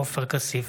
עופר כסיף,